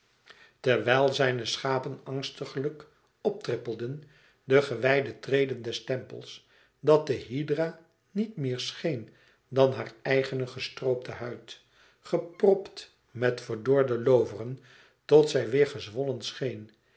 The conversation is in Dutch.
terwijl zijne schapen angstiglijk op trippelden de gewijde treden des tempels dat de hydra niet meer scheen dan haar eigene gestroopte huid gepropt met verdorde looveren tot zij weêr gezwollen scheen